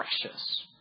precious